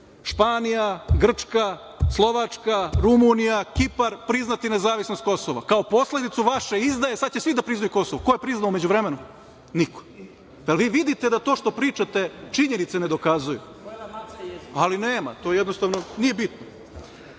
Španija, Grčka, Slovačka, Rumunija, Kipar priznati nezavisnost Kosova, kao posledicu vaše izdaje, sada će svi da priznaju Kosovo. Ko je priznao u međuvremenu? Niko. Da li vi vidite da to što pričate činjenice ne dokazuju, ali nema, to jednostavno nije bitno.